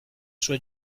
sua